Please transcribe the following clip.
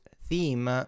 theme